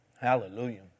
Hallelujah